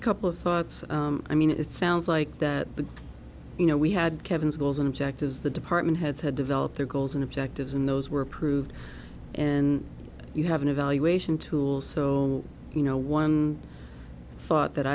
a couple of thoughts i mean it sounds like that but you know we had kevin's goals and objectives the department heads had developed their goals and objectives and those were approved and you have an evaluation tool so you know one thought that